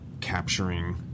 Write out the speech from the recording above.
capturing